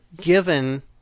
given